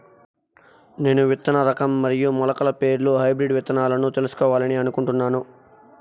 నేను విత్తన రకం మరియు మొలకల పేర్లు హైబ్రిడ్ విత్తనాలను తెలుసుకోవాలని అనుకుంటున్నాను?